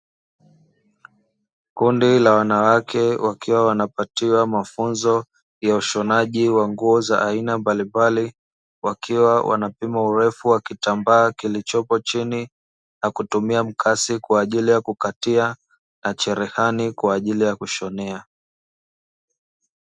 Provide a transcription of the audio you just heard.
Kundi la wanawake wakiwa wanapatiwa mafunzo ya ushonaji wa nguo za aina mbalimbali, wakiwa wanapima urefu wa kitambaa kilichopo chini na kutumia mkasi kwa ajili ya kukatia, na cherehani kwa ajili ya kushonea nguo.